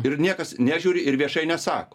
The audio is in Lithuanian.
ir niekas nežiūri ir viešai nesako